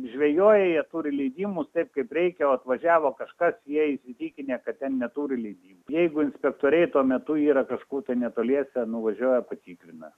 žvejoja jie turi leidimus taip kaip reikia atvažiavo kažkas jie įsitikinę kad ten neturi leidimo jeigu inspektoriai tuo metu yra kažkur netoliese nuvažiuoja patikrina